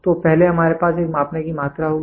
तो पहले हमारे पास एक मापने की मात्रा होगी